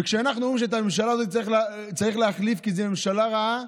וכשאנחנו אומרים שאת הממשלה הזאת צריך להחליף כי זאת ממשלה רעה,